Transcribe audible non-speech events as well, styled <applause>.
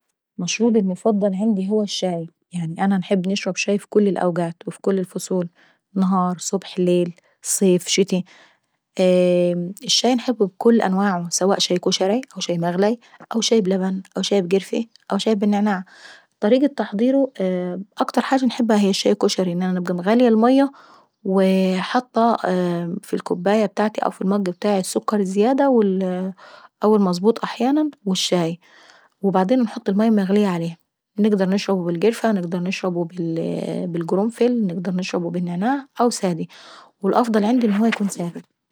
<noise> مشروبي المفضل هو الشاي يعني انا انحب نشرب شاي اف كل الاوكات وفي كل الفصول، نهار صبح ليل، صيف، شتي. <hesitation> الشاي نا باحبه بكل انواعه سواء شاي كشري أو مغلي ، شاي بالقرفة او شاي بالنعناع. طريقة تحضيره اكتر حاجة انحبها هي الشاي الكشريونكون غالية المية وحاطة في الكوباية ابتاعتي السكر الزيادة او المظبوط احيانا والشاي وبعدين انحط المية المغلية عليه. نقدر نشربه بالقرفة، نقدر نشربه بالقرنفل، ونقدر نشربه بالنعناع او سادي، والافضل عيندي يكون سادي.